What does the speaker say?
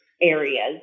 areas